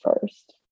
first